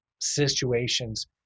situations